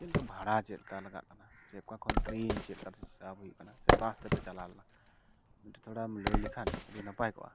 ᱪᱮᱫ ᱞᱮᱠᱟ ᱵᱷᱟᱲᱟ ᱪᱮᱫ ᱞᱮᱠᱟ ᱞᱟᱜᱟᱜ ᱠᱟᱱᱟ ᱥᱮ ᱚᱠᱟ ᱠᱷᱚᱱ ᱴᱨᱮᱱ ᱪᱮᱫ ᱞᱮᱠᱟ ᱛᱮ ᱥᱟᱵ ᱦᱩᱭᱩᱜ ᱠᱟᱱᱟ ᱥᱮ ᱵᱟᱥ ᱛᱮᱯᱮ ᱪᱟᱞᱟᱣ ᱞᱮᱱᱟ ᱢᱤᱫᱴᱮᱱ ᱛᱷᱚᱲᱟᱢ ᱞᱟᱹᱭ ᱞᱮᱠᱷᱟᱱ ᱟᱹᱰᱤ ᱱᱟᱯᱟᱭ ᱠᱚᱜᱼᱟ